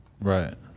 Right